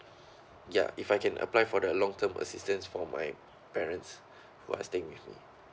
ya if I can apply for the long term assistance for my parents who are staying with me